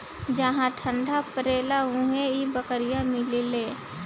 जहा ठंडा परेला उहे इ बकरी मिलेले